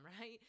right